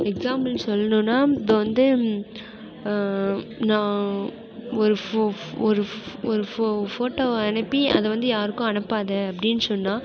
எக்சாம்பிலள் சொல்லணுன்னா இப்போ வந்து நான் ஒரு ஃபோ ஒரு ஒரு ஃபோட்டோவை அனுப்பி அதை வந்து யாருக்கும் அனுப்பாத அப்படின் சொன்னால்